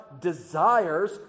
desires